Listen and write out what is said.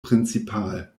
principal